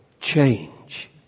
change